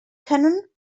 können